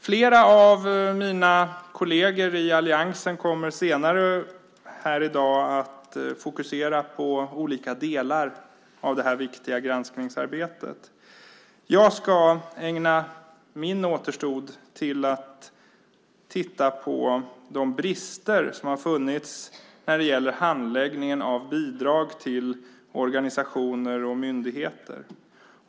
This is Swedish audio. Flera av mina kolleger i alliansen kommer senare i dag att fokusera på olika delar av det här viktiga granskningsarbetet. Jag ska ägna återstoden av min talartid till att titta på brister som har funnits när det gäller handläggningen av bidrag till organisationer och myndigheter.